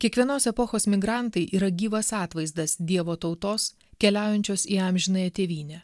kiekvienos epochos migrantai yra gyvas atvaizdas dievo tautos keliaujančios į amžinąją tėvynę